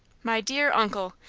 my dear uncle!